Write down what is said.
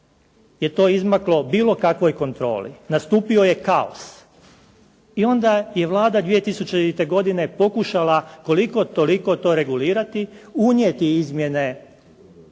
je to izmaklo bilo kakvoj kontroli. Nastupio je kaos. I onda je Vlada 2000. godine pokušala koliko toliko to regulirati, unijeti izmjene